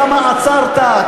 כמה עצרת,